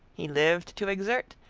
he lived to exert,